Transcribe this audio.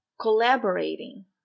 collaborating